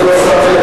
כי אני לא שם לב,